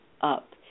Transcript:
up